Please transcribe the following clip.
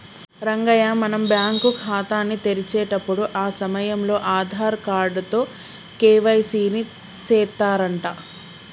రంగయ్య మనం బ్యాంకు ఖాతాని తెరిచేటప్పుడు ఆ సమయంలో ఆధార్ కార్డు తో కే.వై.సి ని సెత్తారంట